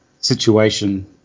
situation